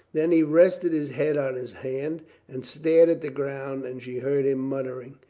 then he rested his head on his hand and stared at the ground and she heard him muttering.